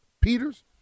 Peters